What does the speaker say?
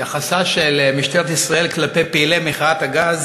יחסה של משטרת ישראל כלפי פעילי מחאת הגז